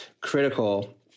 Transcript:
critical